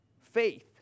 faith